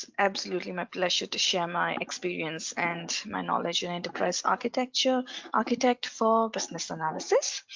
and absolutely my pleasure to share my experience and my knowledge in enterprise architect yeah architect for business analysis